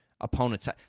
opponents